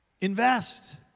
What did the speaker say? Invest